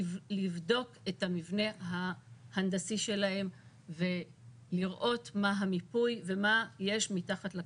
לבדוק את המבנה ההנדסי שלהם ולראות מה המיפוי ומה יש מתחת לקרקע.